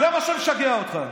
זה מה שמשגע אותך.